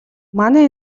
манай